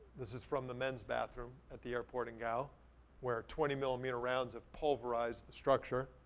this is from the men's bathroom at the airport in gao where twenty millimeter rounds of pulverized structure.